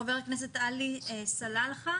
חבר הכנסת עלי סלאלחה,